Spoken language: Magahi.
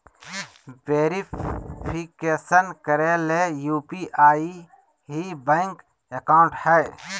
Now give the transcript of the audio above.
वेरिफिकेशन करे ले यू.पी.आई ही बैंक अकाउंट हइ